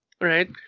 right